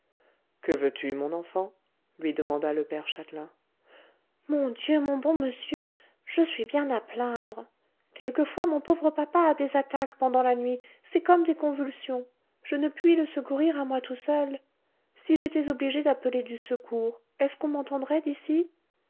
que veux-tu mon enfant lui demanda le père châtelain mon dieu mon bon monsieur je suis bien à plaindre quelquefois mon pauvre papa a des attaques pendant la nuit c'est comme des convulsions je ne puis le secourir à moi tout seul si j'étais obligé d'appeler du secours est-ce qu'on m'entendrait d'ici